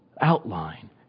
outline